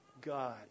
God